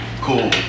cool